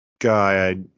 Guy